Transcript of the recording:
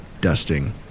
dusting